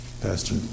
Pastor